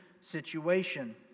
situation